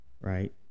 right